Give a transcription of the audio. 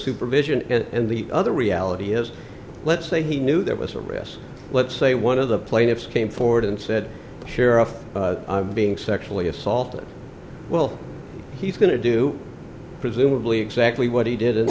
supervision and the other reality is let's say he knew there was a risk let's say one of the plaintiffs came forward and said the sheriff being sexually assaulted well he's going to do presumably exactly what he did i